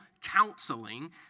counseling